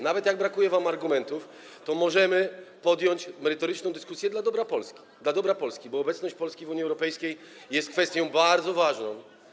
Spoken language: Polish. Nawet jak brakuje wam argumentów, to możemy podjąć merytoryczną dyskusję dla dobra Polski, bo obecność Polski w Unii Europejskiej jest kwestią bardzo ważną.